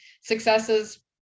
successes